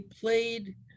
played